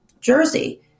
Jersey